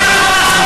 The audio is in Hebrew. מה עם,